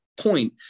point